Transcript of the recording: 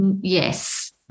Yes